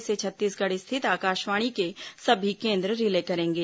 इसे छत्तीसगढ़ स्थित आकाशवाणी के सभी केंद्र रिले करेंगे